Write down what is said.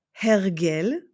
hergel